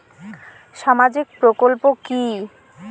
সামাজিক প্রকল্প কি?